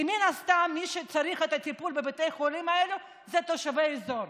כי מן הסתם מי שצריך את הטיפול בבתי החולים האלו הם תושבי האזור.